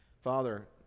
father